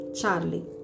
Charlie